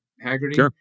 Haggerty